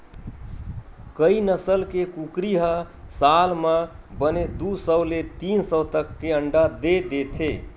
कइ नसल के कुकरी ह साल म बने दू सौ ले तीन सौ तक के अंडा दे देथे